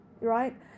Right